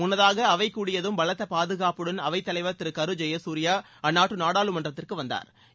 முன்னதாக அவை கூடியதும் பலத்த பாதுகாப்புடன் அவைத் தலைவர் திரு கரு ஜெயசூர்யா அந்நாட்டு நாடாளுமன்றத்திற்கு வந்தாா்